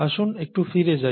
আসুন একটু ফিরে যাই